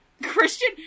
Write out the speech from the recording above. Christian